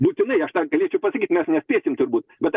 būtinai aš dar galėčiau pasakyt mes nespėsim turbūt bet